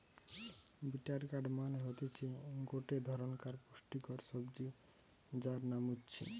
bitter gourd মানে হতিছে গটে ধরণকার পুষ্টিকর সবজি যার নাম উচ্ছে